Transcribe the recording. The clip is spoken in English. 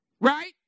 Right